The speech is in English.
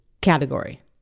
category